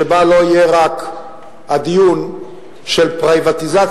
שבה לא יהיה רק הדיון של פריבטיזציה